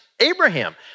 Abraham